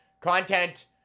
content